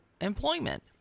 employment